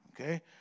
Okay